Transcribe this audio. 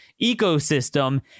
ecosystem